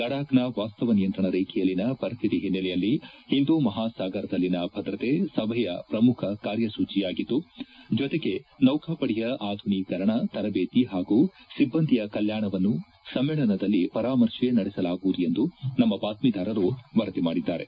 ಲಡಾಖ್ನ ವಾಸ್ತವ ನಿಯಂತ್ರಣ ರೇಖೆಯಲ್ಲಿನ ಪರಿಸ್ತಿತಿ ಹಿನ್ನೆಲೆಯಲ್ಲಿ ಹಿಂದೂಮಹಾಸಾಗರದಲ್ಲಿನ ಭದ್ರತೆ ಸಭೆಯ ಪ್ರಮುಖ ಕಾರ್ಯಸೂಚಿಯಾಗಿದ್ದು ಜೊತೆಗೆ ನೌಕಾಪಡೆಯ ಆಧುನೀಕರಣ ತರದೇತಿ ಹಾಗೂ ಸಿಬ್ಲಂದಿಯ ಕಲ್ಲಾಣವನ್ನು ಸಮ್ಮೇಳನದಲ್ಲಿ ಪರಾಮರ್ಶೆ ನಡೆಸಲಾಗುವುದು ಎಂದು ನಮ್ಮ ಬಾತ್ತೀದಾರರು ವರದಿ ಮಾಡಿದ್ದಾರೆ